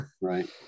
Right